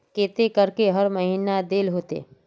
केते करके हर महीना देल होते?